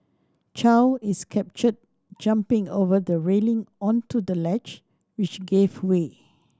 Chow is captured jumping over the railing onto the ledge which gave way